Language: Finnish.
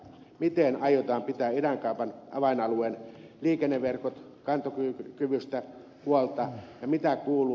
miten aiotaan pitää idänkaupan avainalueen liikenneverkkojen kantokyvystä huolta ja mitä kuuluu